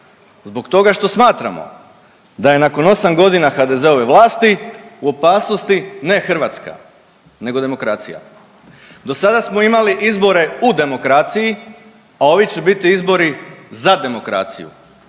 Zbog toga što smatramo da je nakon osam godina HDZ-ove vlasti u opasnosti ne Hrvatska nego demokracija. Do sada smo imali izbore u demokraciji, a ovi će biti izbori za demokraciju